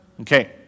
Okay